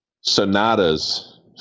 sonatas